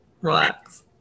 relax